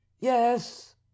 yes